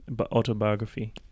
autobiography